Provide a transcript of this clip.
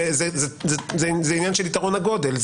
זה עניין של יתרון הגודל.